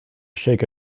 shake